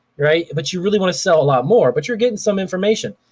right, but you really wanna sell a lot more but you're getting some information,